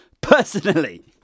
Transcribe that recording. personally